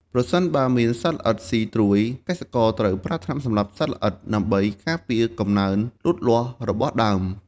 ប្រសិនបើមានសត្វល្អិតស៊ីត្រួយ កសិករត្រូវប្រើថ្នាំសម្លាប់សត្វល្អិតដើម្បីការពារកំណើនលូតលាស់របស់ដើម។